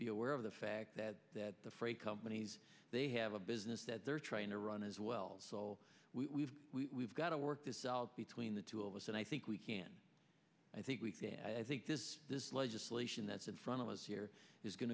be aware of the fact that the freight companies they have a business that they're trying to run as well so we've we've got to work this out between the two of us and i think we can i think we i think this legislation that's in front of us here is going